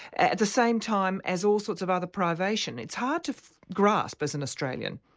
at the same time as all sorts of other privation. it's hard to grasp, as an australian.